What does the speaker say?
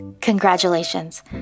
Congratulations